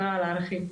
הערכים.